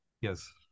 Yes